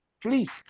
please